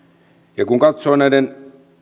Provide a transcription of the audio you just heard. ja kun katsoo näiden